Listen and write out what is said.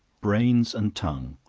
brains and tongue.